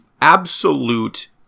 absolute